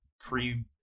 free